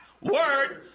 Word